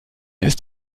ist